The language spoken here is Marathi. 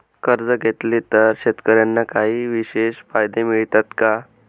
कर्ज घेतले तर शेतकऱ्यांना काही विशेष फायदे मिळतात का?